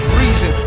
reason